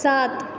सात